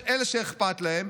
אלה שאכפת להם,